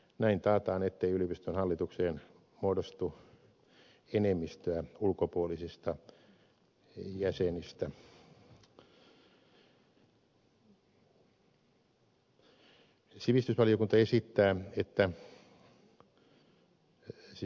näin taataan ettei yliopiston hallitukseen muodostu enemmistöä ulkopuolisista jäsenistä siis pakolla